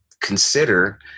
consider